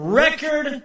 record